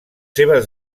seves